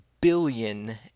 billion